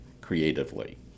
creatively